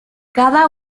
cada